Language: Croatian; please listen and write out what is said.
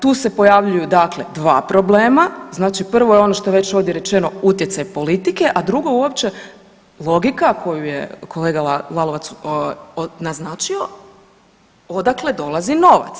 Tu se pojavljuju dva problema, znači prvo je ono što je ovdje rečeno utjecaj politike, a drugo uopće logika koju je kolega Lalovac naznačio odakle dolazi novac.